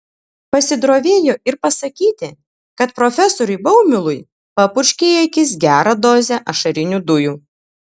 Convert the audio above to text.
pasidrovėjo ir pasakyti kad profesoriui baumilui papurškė į akis gerą dozę ašarinių dujų